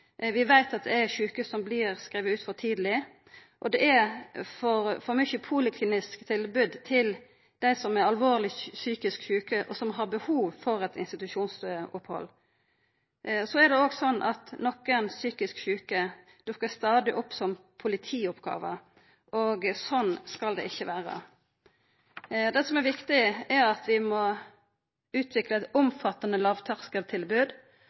Vi veit at det er sjuke som vert skrivne ut for tidleg. Det er for mange poliklinisk tilbod til dei som er alvorleg psykisk sjuke, og som har behov for eit institusjonsopphald. Så er det òg slik at nokre psykisk sjuke dukkar stadig opp som politioppgåver. Slik skal det ikkje vera. Det som er viktig, er at vi må utvikla eit omfattande